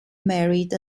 married